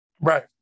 Right